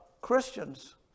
Christians